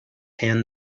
hand